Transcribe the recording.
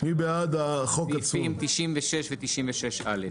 סעיפים 96 ו-96א,